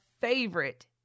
favorite